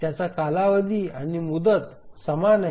त्याचा कालावधी आणि मुदत समान आहे